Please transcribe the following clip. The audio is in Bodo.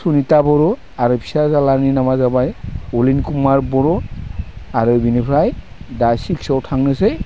सुनिथा बर' आरो फिसाज्लानि नामआ जाबाय अनिल कुमार बर' आरो बिनिफ्राय दा सिक्साव थांनोसै